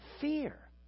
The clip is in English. fear